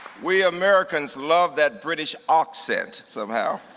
we americans love that british accent somehow.